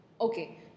okay